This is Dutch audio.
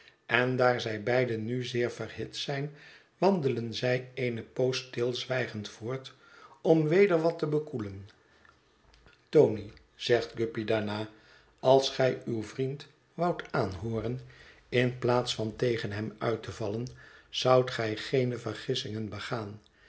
en daar zij beide nu zeer verhit zijn wandelen zij eene poos stilzwijgend voort om weder wat te bekoelen tony zegt guppy daarna als gij uw vriend woudt aanhooren in plaats van tegen hem uit te vallen zoudt gij geene vergissingen begaan